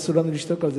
אסור לנו לשתוק על זה,